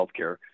healthcare